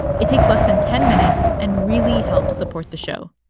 it takes less than ten minutes and really helps support the show.